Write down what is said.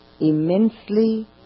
immensely